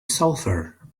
sulfur